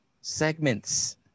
segments